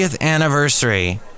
anniversary